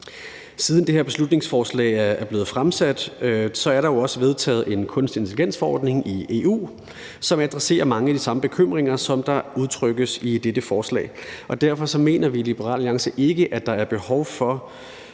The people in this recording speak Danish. Siden det her beslutningsforslag blev fremsat, er der jo også vedtaget en forordning om kunstig intelligens i EU, som adresserer mange af de samme bekymringer, som der udtrykkes i dette forslag, og derfor mener vi i Liberal Alliance ikke, at der er behov for